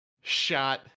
shot